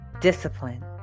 discipline